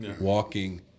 walking